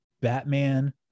Batman